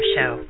Show